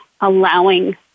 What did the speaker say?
allowing